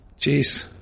Jeez